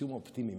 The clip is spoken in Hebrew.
הסיום האופטימי,